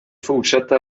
fortsätter